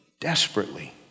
desperately